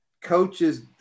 coaches